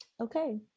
Okay